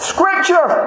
Scripture